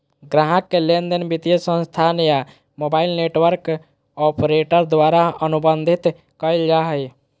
ग्राहक के लेनदेन वित्तीय संस्थान या मोबाइल नेटवर्क ऑपरेटर द्वारा अनुबंधित कइल जा हइ